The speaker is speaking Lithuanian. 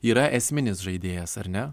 yra esminis žaidėjas ar ne